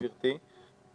גברתי,